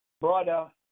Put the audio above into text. brother